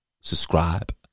subscribe